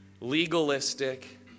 legalistic